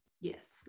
Yes